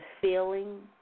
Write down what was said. feeling